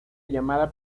llamada